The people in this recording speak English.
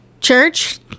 church